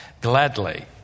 gladly